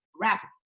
rapping